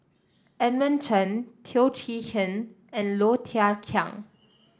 Edmund Chen Teo Chee Hean and Low Thia Khiang